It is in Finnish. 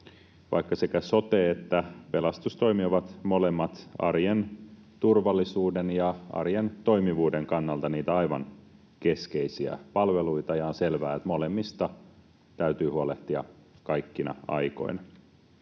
vaikka sekä sote- että pelastustoimi ovat molemmat arjen turvallisuuden ja arjen toimivuuden kannalta niitä aivan keskeisiä palveluita ja on selvää, että molemmista täytyy huolehtia kaikkina aikoina.